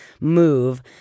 move